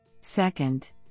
Second